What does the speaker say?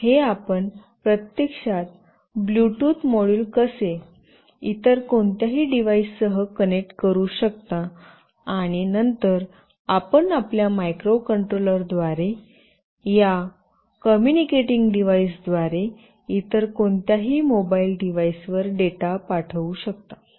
हे आपण प्रत्यक्षात ब्लूटूथ मॉड्यूल कसे इतर कोणत्याही डिव्हाइससह कनेक्ट करू शकता आणि नंतर आपण आपल्या मायक्रोकंट्रोलर द्वारे आणि या कॉम्युनिकेटिंग डिव्हाइसद्वारे इतर कोणत्याही मोबाइल डिव्हाइसवर डेटा पाठवू शकता